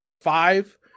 five